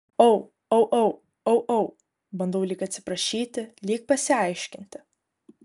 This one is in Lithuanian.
au au au au au bandau lyg atsiprašyti lyg pasiaiškinti